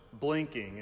blinking